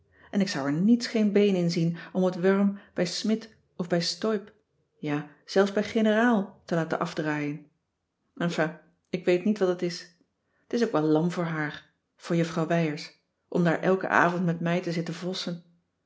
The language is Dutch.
en ik zou er niets geen been in zien om het wurm bij smidt of bij steub ja zelfs bij de generaal te laten afdraaien enfin ik weet niet wat het is t is ook wel lam voor haar voor juffrouw wijers om daar elken avond met mij te zitten vossen